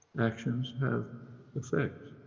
actions have effect,